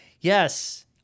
yes